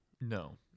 No